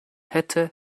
hätte